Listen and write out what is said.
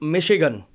Michigan